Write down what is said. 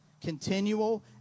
continual